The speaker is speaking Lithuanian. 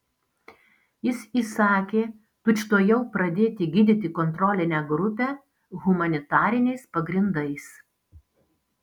jis įsakė tučtuojau pradėti gydyti kontrolinę grupę humanitariniais pagrindais